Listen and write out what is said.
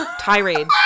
Tirade